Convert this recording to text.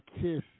kiss